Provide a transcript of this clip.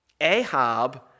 Ahab